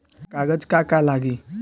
कागज का का लागी?